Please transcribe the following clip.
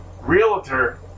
realtor